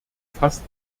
fast